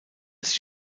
sich